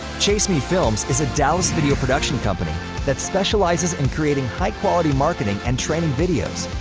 chase me films is a dallas video production company that specializes in creating high quality marketing and training videos.